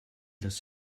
das